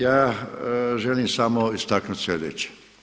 Ja želim samo istaknuti sljedeće.